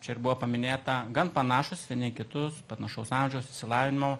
čia ir buvo paminėta gan panašūs vieni į kitus panašaus amžiaus išsilavinimo